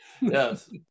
Yes